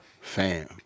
Fam